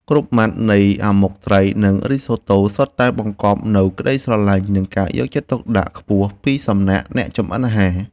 គ្រប់ម៉ាត់នៃអាម៉ុកត្រីនិងរីសូតូសុទ្ធតែបង្កប់នូវក្តីស្រឡាញ់និងការយកចិត្តទុកដាក់ខ្ពស់ពីសំណាក់អ្នកចម្អិនអាហារ។